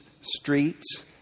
streets